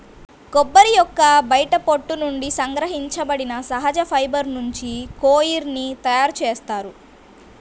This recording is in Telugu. కొబ్బరి యొక్క బయటి పొట్టు నుండి సంగ్రహించబడిన సహజ ఫైబర్ నుంచి కోయిర్ ని తయారు చేస్తారు